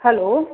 hello